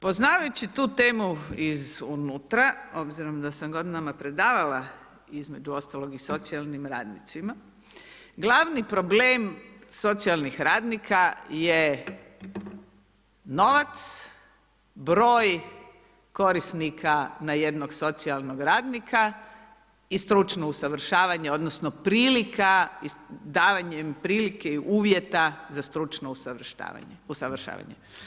Poznavajući tu temu iz unutra, obzirom da sam godinama predavala između ostalog i socijalnim radnicima, glavni problem socijalnih radnika je novac, broj korisnika na jednog socijalnog radnika i stručno usavršavanje odnosno prilika, davanjem prilike uvjeta za stručno usavršavanje.